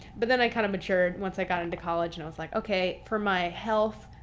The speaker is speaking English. but then i kind of matured once i got into college and i was like, okay, for my health,